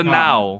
now